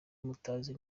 mutazi